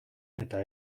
eta